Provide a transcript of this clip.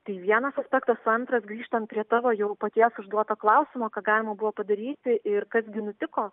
tai vienas aspektas antras grįžtant prie tavo jo paties užduoto klausimo ką galima buvo padaryti ir kas gi nutiko